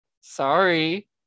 Sorry